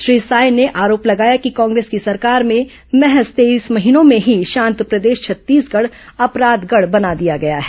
श्री साय ने आरोप लगाया कि कांग्रेस की सरकार भें महज तेईस महीनों भें ही शांत प्रदेश छत्तीसगढ़ अपराध गढ़ बना गया है